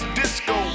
disco